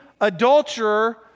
adulterer